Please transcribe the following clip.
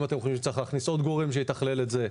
אם אתם חושבים שצריך להכניס עוד גורם שיתכלל את זה,